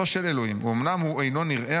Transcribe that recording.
אומנם הוא אינו נראה,